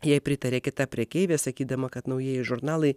jai pritarė kita prekeivė sakydama kad naujieji žurnalai